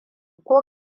ko